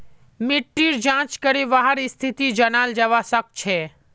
मिट्टीर जाँच करे वहार स्थिति जनाल जवा सक छे